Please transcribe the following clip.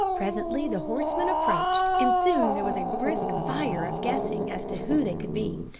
presently the horsemen approached, and soon there was a brisk fire of guessing as to who they could be.